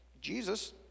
Jesus